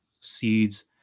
seeds